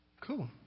Cool